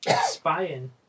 spying